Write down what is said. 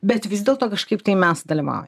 bet vis dėlto kažkaip tai mes sudalyvaujam